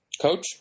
Coach